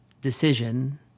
decision